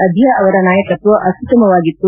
ಅಧಿಯಾ ಅವರ ನಾಯಕತ್ವ ಅತ್ಯುತ್ತಮವಾಗಿತ್ತು